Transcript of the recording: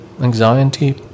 anxiety